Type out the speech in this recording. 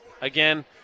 again